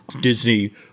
Disney